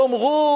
תאמרו,